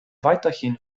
weiterhin